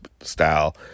style